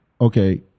Okay